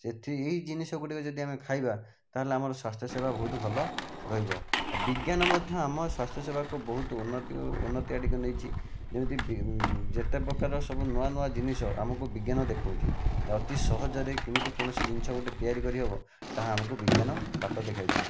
ସେଠି ଏହି ଜିନିଷ ଗୁଡ଼ିକ ଯଦି ଆମେ ଖାଇବା ତାହେଲେ ଆମର ସ୍ୱାସ୍ଥ୍ୟ ସେବା ବହୁତ ଭଲ ରହିବ ଆଉ ବିଜ୍ଞାନ ମଧ୍ୟ ଆମ ସ୍ୱାସ୍ଥ୍ୟ ସେବାକୁ ବହୁତ ଉନ୍ନତି ଉନ୍ନତି ଆଡ଼କୁ ନେଇଛି ଯେମିତି ଯେତେ ପ୍ରକାର ସବୁ ନୂଆ ନୂଆ ଜିନିଷ ଆମକୁ ବିଜ୍ଞାନ ଦେଖାଉଛି ଅତି ସହଜରେ କେମିତି କୌଣସି ଜିନିଷ ଗୋଟିଏ ତିଆରି କରି ହେବ ତାହା ଆମକୁ ବିଜ୍ଞାନ ବାଟ ଦେଖାଇଥାଏ